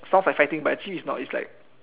sounds like fighting but actually is not is like